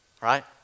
right